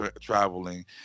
traveling